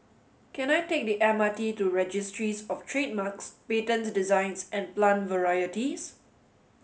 can I take the M R T to Registries Of Trademarks Patents Designs and Plant Varieties